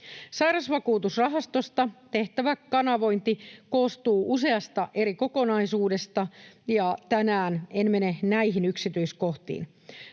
Sairausvakuutusrahastosta tehtävä kanavointi koostuu useasta eri kokonaisuudesta, ja tänään en mene näihin yksityiskohtiin.